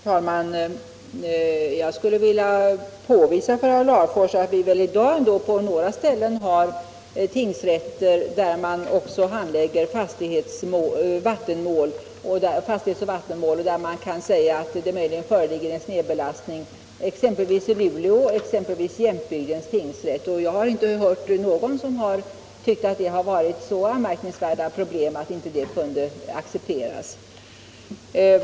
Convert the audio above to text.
Herr talman! Jag skulle vilja påvisa för herr Larfors att vi i dag på några ställen har tingsrätter där också fastighetsoch vattenmål handläggs och där det möjligen föreligger en snedbelastning, t.ex. i Luleå och vid Jämtbygdens tingsrätt. Jag har inte hört någon som har tyckt att det varit så anmärkningsvärda problem att det inte kunde accepteras.